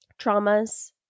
traumas